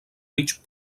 mig